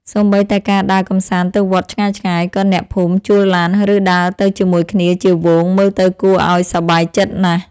សូម្បីតែការដើរកម្សាន្តទៅវត្តឆ្ងាយៗ ក៏អ្នកភូមិជួលឡាន ឬដើរទៅជាមួយគ្នាជាហ្វូងមើលទៅគួរឱ្យសប្បាយចិត្តណាស់។